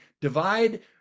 divide